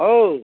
औ